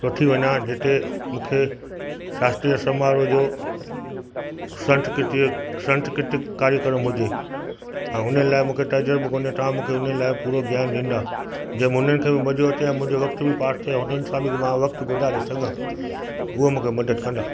वठी वञा जिते मूंखे शास्त्रिय समारोह जो संस्कृतिय संस्कृतिक कार्यक्रम हुजे ऐं हुन लाइ मूंखे तजुर्बो कोन्हे तव्हां मूंखे इन लाइ पूरो ज्ञान ॾींदा जे हुननि खे बि मज़ो अचे मुंहिंजो वक़्त बि पास थिए हुननि सां बि मां वक़्तु ग़ुज़ारे सघां उहा मूंखे मदद कंदा